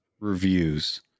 reviews